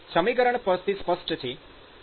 સમીકરણ પરથી સ્પષ્ટ છે